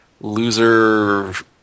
loser